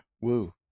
Woo